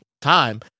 time